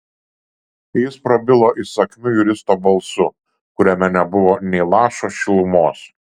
jis prabilo įsakmiu juristo balsu kuriame nebuvo nė lašo šilumos